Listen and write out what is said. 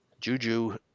Juju